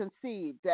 conceived